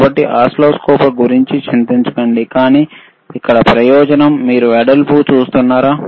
కాబట్టి ఓసిల్లోస్కోప్ల గురించి చింతించకండి కానీ ఇక్కడ ప్రయోజనం మీరు వెడల్పు చూస్తున్నారా